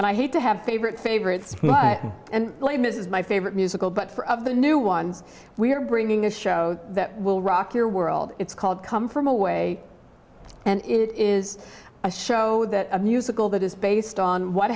and i hate to have favorite favorites and les mis is my favorite musical but for of the new ones we are bringing a show that will rock your world it's called come from away and it is a show that a musical that is based on what